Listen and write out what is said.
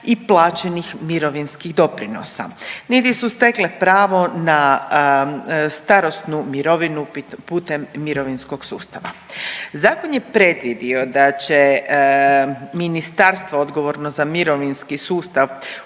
i plaćenih mirovinskih doprinosa niti su stekle pravo na starosnu mirovinu putem mirovinskog sustava. Zakon je predvidio da će ministarstvo odgovorno za mirovinski sustav